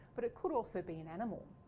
but it could also be an animal.